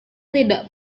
tidak